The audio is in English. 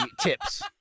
tips